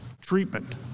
treatment